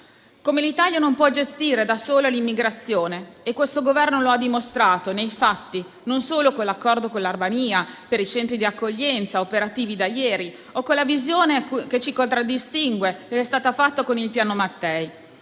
modo, l'Italia non può gestire da sola l'immigrazione e questo Governo lo ha dimostrato nei fatti, non solo con l'accordo con l'Albania per i centri di accoglienza, operativi da ieri, o con la visione, che ci contraddistingue, fatta con il Piano Mattei.